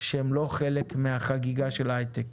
שהן לא חלק מהחגיגה של ההיי-טק.